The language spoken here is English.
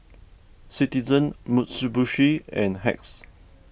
Citizen Mitsubishi and Hacks